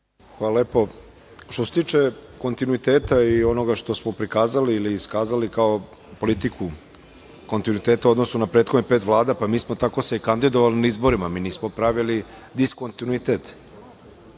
Hvala lepo. Što se tiče kontinuiteta i onoga što smo prikazali ili iskazali kao politiku kontinuiteta u odnosu na prethodnih pet vlada, mi smo se tako i kandidovali na izborima. Mi nismo pravili diskontinuitet.